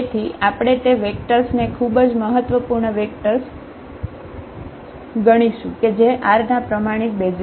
તેથી આપણે તે વેક્ટર્સ ને ખુબજ મહત્વપૂર્ણ વેક્ટર્સ ગણીશું કે જે R ના પ્રમાણિત બેસિઝ છે